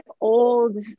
old